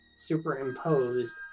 superimposed